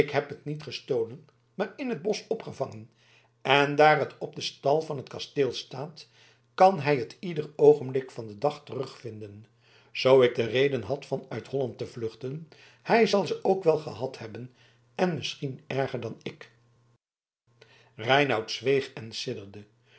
ik heb het niet gestolen maar in t bosch opgevangen en daar het op den stal van t kasteel staat kan hij het ieder oogenblik van den dag terugvinden zoo ik reden had van uit holland te vluchten hij zal ze ook wel gehad hebben en misschien erger dan ik reinout zweeg en